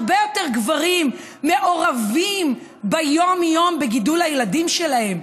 הרבה יותר גברים מעורבים ביום-יום בגידול הילדים שלהם.